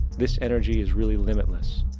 this energy is really limitless.